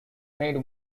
made